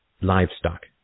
livestock